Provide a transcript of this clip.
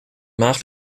maag